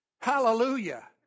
hallelujah